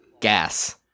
gas